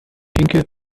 pinke